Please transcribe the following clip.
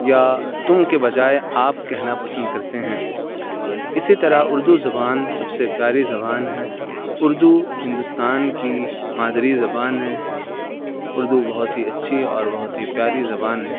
یا تم کے بجائے آپ کہنا پسند کرتے ہیں اسی طرح اردو زبان سب سے پیاری زبان ہیں اردو ہندوستان کی مادری زبان ہے اردو بہت ہی اچھی اور بہت ہی پیاری زبان ہیں